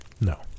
No